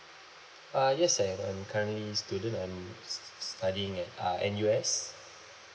uh yes I am currently student I'm s~ s~ studying at uh N_U_S